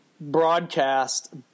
broadcast